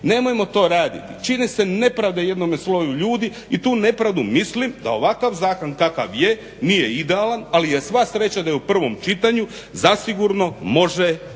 Nemojmo to raditi. Čini se nepravda jednome sloju ljudi i tu nepravdu mislim da ovakav zakon kakav je nije idealan ali je sva sreća da je u prvom čitanju zasigurno može ispraviti